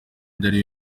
byari